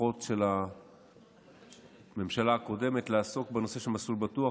פחות של הממשלה הקודמת לעסוק בנושא של מסלול בטוח,